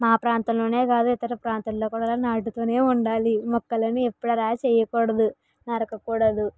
మా ప్రాంతంలోనే కాదు ఇతర ప్రాంతంలో కూడా నాటుతూనే ఉండాలి మొక్కలను ఎప్పుడు అలా చేయకూడదు నరకకూడదు